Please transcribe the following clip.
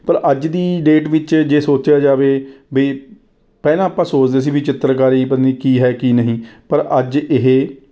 ਪਰ ਅੱਜ ਦੀ ਡੇਟ ਵਿੱਚ ਜੇ ਸੋਚਿਆ ਜਾਵੇ ਵੀ ਪਹਿਲਾਂ ਆਪਾਂ ਸੋਚਦੇ ਸੀ ਵੀ ਚਿੱਤਰਕਾਰੀ ਪਤਾ ਨਹੀਂ ਕੀ ਹੈ ਕੀ ਨਹੀਂ ਪਰ ਅੱਜ ਇਹ